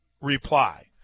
reply